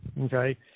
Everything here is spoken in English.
okay